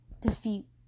defeat